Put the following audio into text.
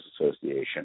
Association